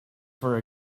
for